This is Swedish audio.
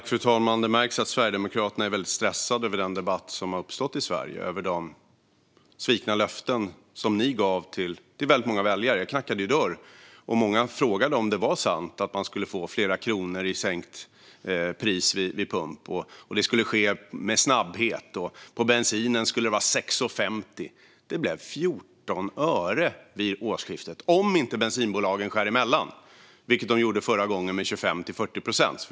Fru talman! Det märks att Sverigedemokraterna är väldigt stressade över den debatt som har uppstått i Sverige. De har svikit de löften som de gav till väldigt många väljare. Jag knackade dörr, och många frågade om det var sant att man skulle få flera kronor i sänkt pris vid pump. Det skulle ske med snabbhet, och på bensinen skulle sänkningen vara 6,50 kronor. Det blir 14 öre. Det sker vid årsskiftet - om bensinbolagen inte skär emellan, vilket de gjorde förra gången med 25-40 procent.